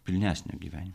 pilnesnio gyvenimo